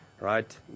right